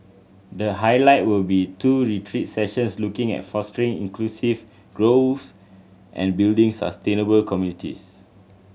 the highlight will be two retreat sessions looking at fostering inclusive growth and building sustainable communities